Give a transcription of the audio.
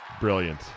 brilliant